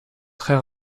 très